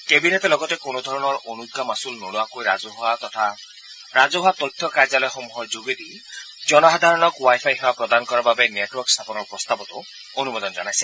কেবিনেটে লগতে কোনো ধৰণৰ অনুজ্ঞা মাছুল নোলোৱালৈ ৰাজহুৱা তথ্য কাৰ্যালয়সমূহৰ যোগেদি জনসাধাৰণক ৱাই ফাই সেৱা প্ৰদান কৰাৰ বাবে নেটৱৰ্ক স্থাপনৰ প্ৰস্তাৱতো অনুমোদন জনাইছে